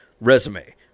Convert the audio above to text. resume